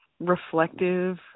reflective